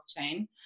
blockchain